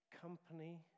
company